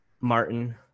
Martin